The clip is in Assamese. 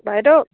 বাইদেউ